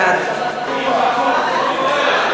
בעד רות קלדרון,